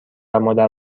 مادر